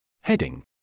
Heading